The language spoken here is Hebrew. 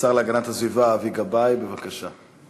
השר להגנת הסביבה אבי גבאי, בבקשה.